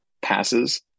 passes